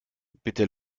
bitte